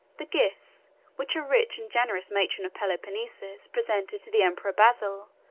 the gifts which a rich and generous matron of peloponnesus presented to the emperor basil,